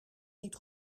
niet